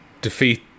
defeat